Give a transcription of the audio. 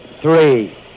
three